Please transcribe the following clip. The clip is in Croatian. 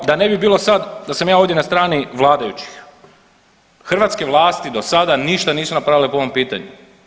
No da ne bi bilo sada da sam ja ovdje na strani vladajućih, hrvatske vlasti do sada ništa nisu napravile po ovom pitanju.